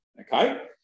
okay